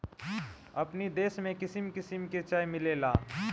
अपनी देश में किसिम किसिम के चाय मिलेला